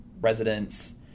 residents